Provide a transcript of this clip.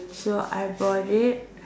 so I bought it